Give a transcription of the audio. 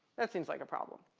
that seems like a problem.